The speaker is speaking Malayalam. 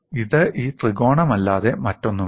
അത് ഈ ത്രികോണമല്ലാതെ മറ്റൊന്നുമല്ല